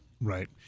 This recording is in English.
Right